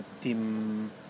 team